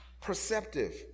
perceptive